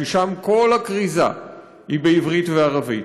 ששם כל הכריזה היא בעברית וערבית,